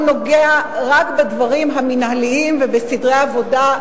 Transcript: הוא נוגע רק בדברים המינהליים ובסדרי העבודה,